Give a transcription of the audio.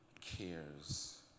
cares